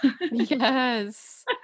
Yes